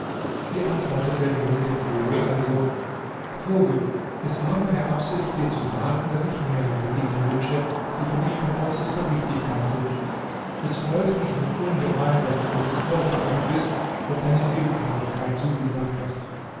sie antwortete nun dem vogel also vogel es war meine absicht dir zu sagen daß ich mehrere dinge wünsche die für mich von äußerster wichtigkeit sind es freut mich nun ungemein daß du mir zuvorgekommen bist und deine willfährigkeit zugesagt hast